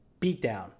beatdown